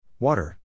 Water